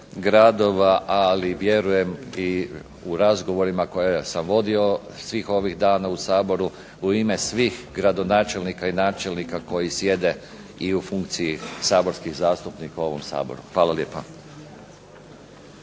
ali vjerujem i u razgovorima koje sam vodio svih ovih dana u Saboru u ime svih gradonačelnika i načelnika koji sjede i u funkciji saborskih zastupnika u ovom Saboru. Hvala lijepa.